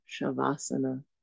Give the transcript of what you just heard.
Shavasana